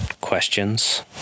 questions